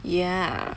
ya